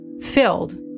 filled